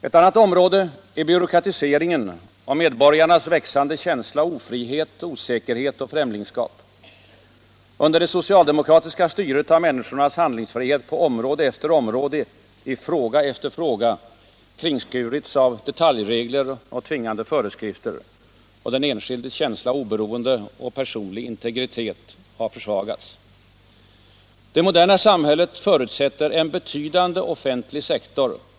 Ett annat område är byråkratiseringen och medborgarnas växande känsla av ofrihet, osäkerhet och främlingskap. Under det socialdemokratiska styret har människornas handlingsfrihet på område efter område, i fråga efter fråga, kringskurits av detaljregler och tvingande föreskrifter. Den enskildes känsla av oberoende och personlig integritet har försvagats. Det moderna samhället förutsätter en betydande offentlig sektor.